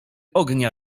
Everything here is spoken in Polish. ognia